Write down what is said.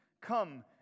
Come